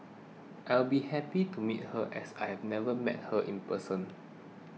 I'll be happy to meet her as I've never met her in person